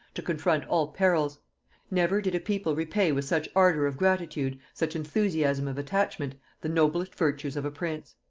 to confront all perils never did a people repay with such ardor of gratitude, such enthusiasm of attachment, the noblest virtues of a prince.